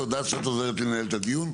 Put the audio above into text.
תודה שאת עוזרת לי לנהל את הדיון.